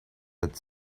that